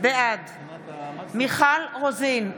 בעד מיכל רוזין,